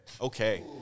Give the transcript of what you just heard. okay